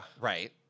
right